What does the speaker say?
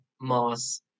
Moss